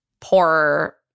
poor